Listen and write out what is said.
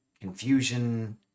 confusion